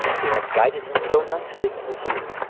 who had guided him so nicely in his youth.